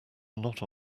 not